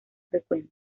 frecuente